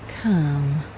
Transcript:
Come